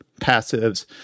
passives